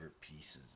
pieces